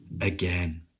again